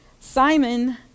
Simon